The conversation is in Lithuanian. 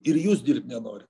ir jūs dirbt nenori